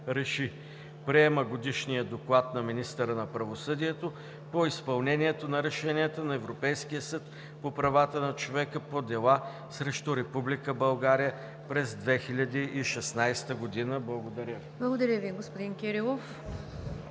РЕШИ: Приема Годишния доклад на министъра на правосъдието по изпълнението на решенията на Европейския съд по правата на човека по дела срещу Република България през 2016 г.“ Благодаря Ви.